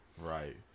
Right